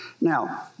Now